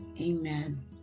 Amen